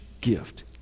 gift